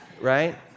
right